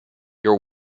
your